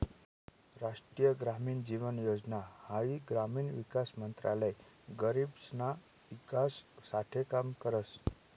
राष्ट्रीय ग्रामीण जीवन योजना हाई ग्रामीण विकास मंत्रालय गरीबसना ईकास साठे काम करस